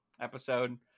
episode